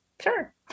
sure